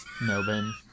Melbourne